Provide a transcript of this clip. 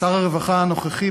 שר הרווחה הנוכחי,